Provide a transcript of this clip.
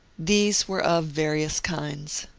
these were of various kinds.